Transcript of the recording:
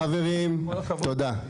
חברים, תודה.